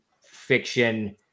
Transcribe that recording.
fiction